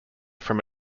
from